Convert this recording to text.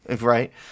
right